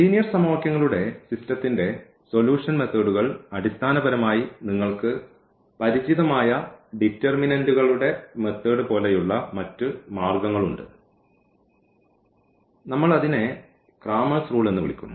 linear സമവാക്യങ്ങളുടെ സിസ്റ്റത്തിൻറെ solution മേത്തടുകൾ അടിസ്ഥാനപരമായി നിങ്ങൾക്ക് പരിചിതമായ ഡിറ്റർമിനന്റുകളുടെ മെത്തേഡ് പോലെയുള്ള മറ്റ് മാർഗ്ഗങ്ങളുണ്ട് നമ്മൾ അതിനെ ക്രാമേഴ്സ് റൂൾ എന്ന് വിളിക്കുന്നു